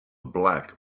black